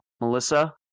Melissa